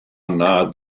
yna